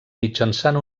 mitjançant